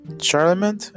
Charlemagne